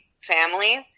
family